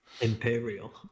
Imperial